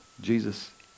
Jesus